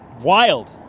Wild